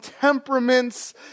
temperaments